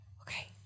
Okay